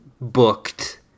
booked